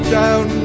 down